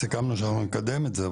אנחנו סיכמנו שאנחנו נקדם את זה,